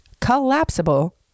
Collapsible